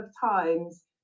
times